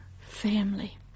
family